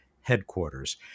headquarters